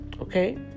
Okay